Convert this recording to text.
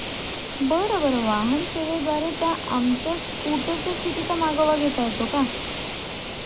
बरं बरं वाहनसेवेद्वारे त्या आमच्या स्कूटरच्या स्थितीचा मागोवा घेता येतो का